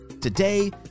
Today